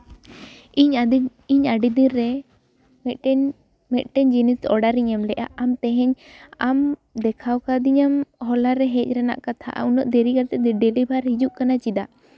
ᱤᱧ ᱟᱹᱰᱤ ᱤᱧ ᱟᱹᱰᱤ ᱫᱤᱱᱨᱮ ᱢᱤᱫ ᱴᱮᱱ ᱢᱤᱫᱴᱮᱱ ᱡᱤᱱᱤᱥ ᱚᱰᱟᱨᱤᱧ ᱮᱢ ᱞᱮᱜᱼᱟ ᱟᱢ ᱛᱮᱦᱮᱧ ᱟᱢ ᱫᱮᱠᱷᱟᱣ ᱠᱟᱣᱫᱤᱧᱟᱢ ᱦᱚᱞᱟᱨᱮ ᱦᱮᱡ ᱨᱮᱱᱟᱜ ᱠᱟᱛᱷᱟ ᱩᱱᱟᱹᱜ ᱫᱮᱨᱤ ᱠᱟᱛᱮᱜ ᱫᱚ ᱰᱮᱞᱤᱵᱷᱟᱨᱤ ᱦᱤᱡᱩᱜ ᱠᱟᱱᱟ ᱪᱮᱫᱟᱜ